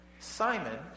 Simon